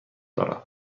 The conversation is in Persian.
دارم